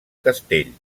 castell